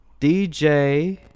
DJ